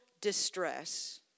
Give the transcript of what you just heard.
distress